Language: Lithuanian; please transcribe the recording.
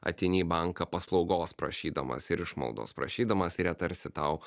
ateini į banką paslaugos prašydamas ir išmaldos prašydamas ir jie tarsi tau